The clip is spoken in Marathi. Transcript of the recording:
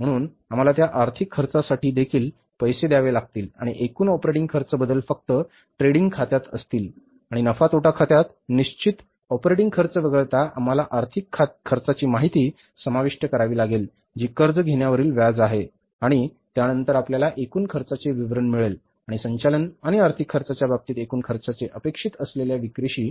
म्हणून आम्हाला त्या आर्थिक खर्चासाठी देखील पैसे द्यावे लागतील आणि एकूण ऑपरेटिंग खर्च बदल फक्त ट्रेडिंग खात्यात असतील आणि नफा तोटा खात्यात निश्चित ऑपरेटिंग खर्च वगळता आम्हाला आर्थिक खर्चाची माहिती समाविष्ट करावी लागेल जी कर्ज घेण्यावरील व्याज आहे आणि त्यानंतर आपल्याला एकूण खर्चाचे विवरण मिळेल आणि संचालन आणि आर्थिक खर्चाच्या बाबतीत एकूण खर्चाचे अपेक्षित असलेल्या विक्रीशी